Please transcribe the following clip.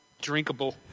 drinkable